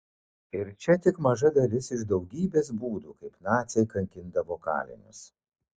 ir čia tik maža dalis iš daugybės būdų kaip naciai kankindavo kalinius